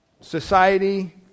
Society